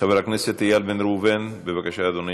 חבר הכנסת איל בן ראובן, בבקשה, אדוני.